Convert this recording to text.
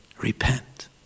repent